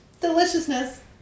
deliciousness